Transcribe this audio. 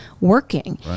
working